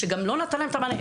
שלא נתן להם את המענה.